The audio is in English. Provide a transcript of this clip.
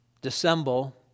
dissemble